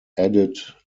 added